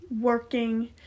working